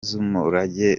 z’umurage